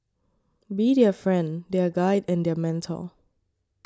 be their friend their guide and their mentor